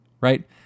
right